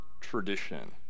tradition